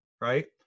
right